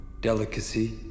delicacy